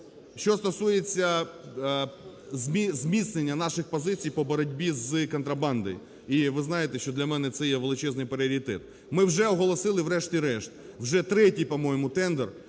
Що стосується зміцнення наших позицій по боротьбі з контрабандою. І ви знаєте, що для мене це є величезний пріоритет. Ми вже оголосили врешті-решт вже третій, по-моєму, тендер